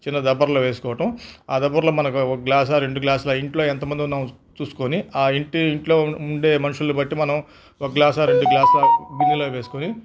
చిన్న దబర్లో వేసుకోవటం ఆ దబర్లో మనకు ఒక గ్లాసా రెండు గ్లాసులా ఇంట్లో ఎంతమందున్నామో చూసుకొని ఆ ఇంటి ఇంట్లో ఉండే మనుషుల్ని బట్టి మనం ఒక గ్లాసా రెండు గ్లాసా బియ్యంలో వేసుకొని